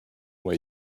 way